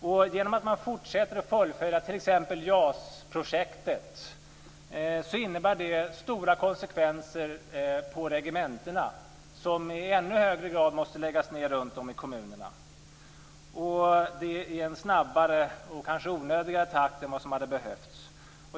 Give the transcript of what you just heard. Det faktum att vi fortsätter att fullfölja t.ex. JAS-projektet får stora konsekvenser för regementena, som i ännu högre grad måste läggas ned runt om i kommunerna, och det i en snabbare takt än vad som hade behövts.